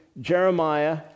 Jeremiah